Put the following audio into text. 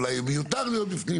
אולי הוא מיותר להיות בפנים.